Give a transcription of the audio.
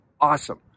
Awesome